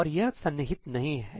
और यह सन्निहित नहीं है